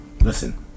Listen